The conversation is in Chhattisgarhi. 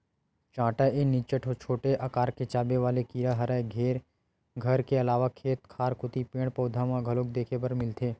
चाटा ए निच्चट छोटे अकार के चाबे वाले कीरा हरय घर के अलावा खेत खार कोती पेड़, पउधा म घलोक देखे बर मिलथे